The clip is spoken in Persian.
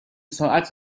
ساعت